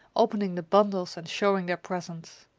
opening the bundles and showing their presents!